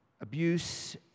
abuse